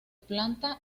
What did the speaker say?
planta